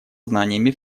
знаниями